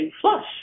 flush